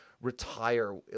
retire